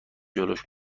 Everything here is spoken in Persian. جلوش